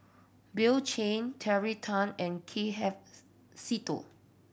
Bill Chen Terry Tan and K F Seetoh